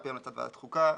על פי המלצת ועדת חוקה,